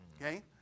Okay